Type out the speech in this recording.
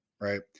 right